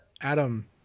Adam